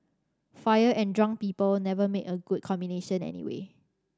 fire and drunk people never make a good combination anyway